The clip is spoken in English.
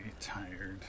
tired